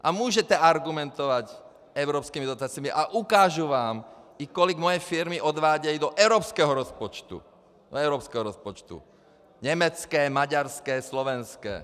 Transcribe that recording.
A můžete argumentovat evropskými dotacemi a ukážu vám i to, kolik moje firmy odvádějí do evropského rozpočtu německé, maďarské, slovenské.